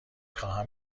خواهم